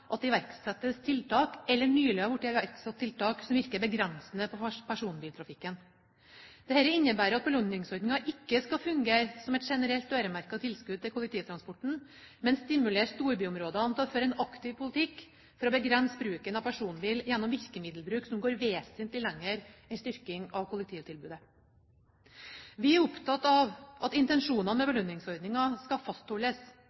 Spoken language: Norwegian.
at det iverksettes tiltak eller nylig er blitt iverksatt tiltak som virker begrensende på personbiltrafikken. Dette innebærer at belønningsordningen ikke skal fungere som et generelt øremerket tilskudd til kollektivtransporten, men stimulere storbyområdene til å føre en aktiv politikk for å begrense bruken av personbil gjennom virkemiddelbruk som går vesentlig lenger enn styrking av kollektivtilbudet. Vi er opptatt av at intensjonene med belønningsordningen skal fastholdes,